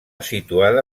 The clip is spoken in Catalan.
situada